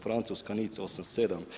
Francuska, Nica – 87.